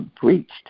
breached